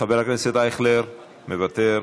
חבר הכנסת אייכלר, מוותר,